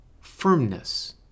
firmness